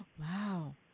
Wow